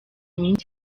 minsi